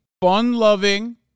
fun-loving